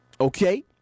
Okay